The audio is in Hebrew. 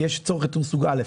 כי יש יותר צורך בסוג א',